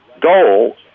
goal